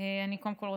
קודם כול,